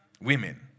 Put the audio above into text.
Women